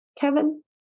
Kevin